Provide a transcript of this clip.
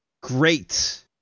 Great